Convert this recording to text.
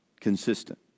consistent